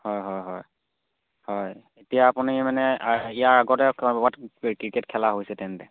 হয় হয় হয় হয় এতিয়া আপুনি মানে ইয়াৰ আগতে ক'ৰবাত ক্ৰিকেট খেলা হৈছে তেন্তে